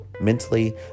Mentally